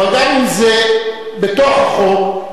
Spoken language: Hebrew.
אבל גם אם זה בתוך החוק,